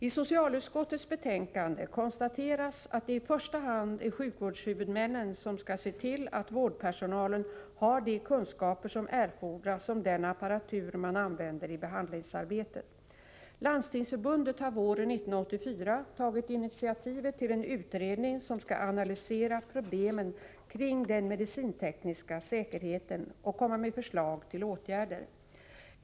I socialutskottets betänkande konstateras att det i första hand är sjukvårdshuvudmännen som skall se till att vårdpersonalen har de kunskaper som erfordras om den apparatur man använder i behandlingsarbetet. Landstingsförbundet har våren 1984 tagit initiativet till en utredning som skall analysera problemen kring den medicintekniska säkerheten och komma med förslag till åtgärder.